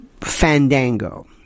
Fandango